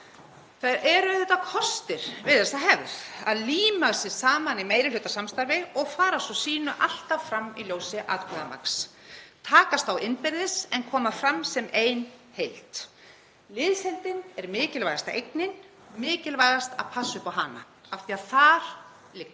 Það eru auðvitað kostir við þá hefð að líma sig saman í meirihlutasamstarfi og fara svo alltaf sínu fram í ljósi atkvæðamagns, takast á innbyrðis en koma fram sem ein heild. Liðsheildin er mikilvægasta eignin, það er mikilvægast að passa upp á hana af því að þar liggur